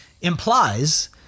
implies